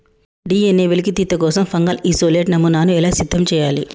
DNA వెలికితీత కోసం fungal isolate నమూనాను ఎలా సిద్ధం చెయ్యాలి?